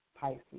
Pisces